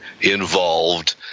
involved